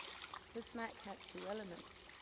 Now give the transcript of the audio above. the snack had two elements